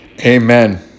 Amen